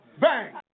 Bang